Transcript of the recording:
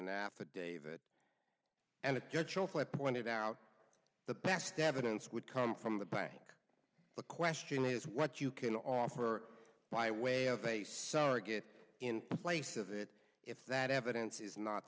chocolate pointed out the best evidence would come from the bank the question is what you can offer by way of a surrogate in place of it if that evidence is not